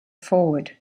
forward